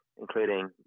including